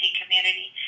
community